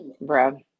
Bro